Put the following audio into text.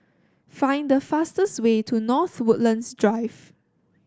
find the fastest way to North Woodlands Drive